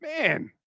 Man